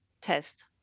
test